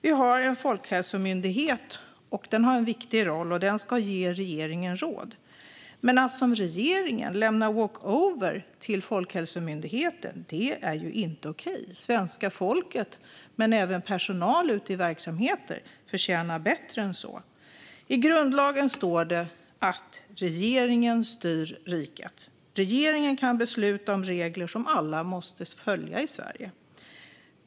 Vi har en folkhälsomyndighet som har en viktig roll och som ska ge regeringen råd, men att som regeringen gjort lämna walk-over till Folkhälsomyndigheten är inte okej. Svenska folket men även personalen ute i verksamheterna förtjänar bättre än så. I grundlagen står det att regeringen styr riket och att regeringen kan besluta om regler som alla måste följa i Sverige.